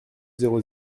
zéro